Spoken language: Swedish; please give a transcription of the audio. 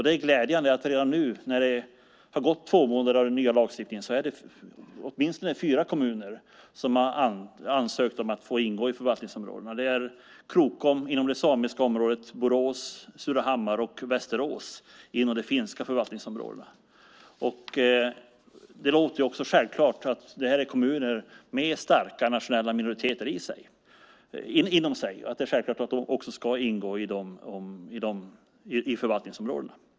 Det är glädjande att redan nu när det bara har gått två månader av den nya lagstiftningen har åtminstone fyra kommuner ansökt om att få ingå i förvaltningsområdena. Det är Krokom inom det samiska området och Borås, Surahammar och Västerås inom de finska förvaltningsområdena. Det låter ju också självklart därför att det här är kommuner med starka nationella minoriteter inom sig och att det också är självklart att de ska ingå i förvaltningsområdena.